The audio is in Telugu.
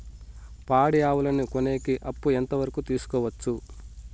పాడి ఆవులని కొనేకి అప్పు ఎంత వరకు తీసుకోవచ్చు?